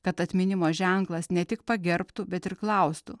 kad atminimo ženklas ne tik pagerbtų bet ir klaustų